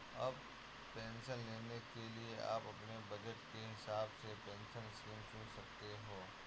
अब पेंशन लेने के लिए आप अपने बज़ट के हिसाब से पेंशन स्कीम चुन सकते हो